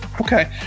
Okay